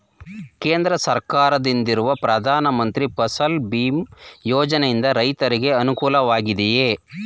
ಕೇಂದ್ರ ಸರ್ಕಾರದಿಂದಿರುವ ಪ್ರಧಾನ ಮಂತ್ರಿ ಫಸಲ್ ಭೀಮ್ ಯೋಜನೆಯಿಂದ ರೈತರಿಗೆ ಅನುಕೂಲವಾಗಿದೆಯೇ?